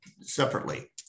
separately